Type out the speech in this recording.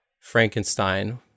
Frankenstein